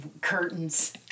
curtains